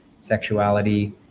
sexuality